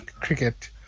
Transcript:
cricket